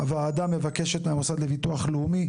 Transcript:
5. הוועדה מבקשת מהמוסד לביטוח לאומי,